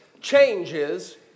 changes